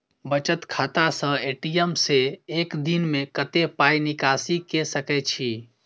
बचत खाता स ए.टी.एम से एक दिन में कत्ते पाई निकासी के सके छि?